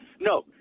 No